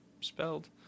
spelled